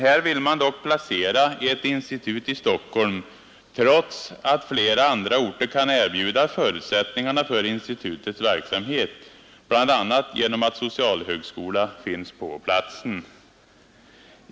Här vill man dock placera ett institut i Stockholm, trots att flera andra orter kan erbjuda förutsättningarna för institutets verksamhet, bl.a. genom att socialhögskola finns på platsen.